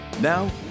Now